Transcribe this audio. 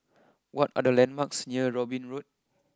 what are the landmarks near Robin Road